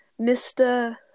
mr